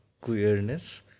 queerness